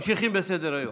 ממשיכים בסדר-היום.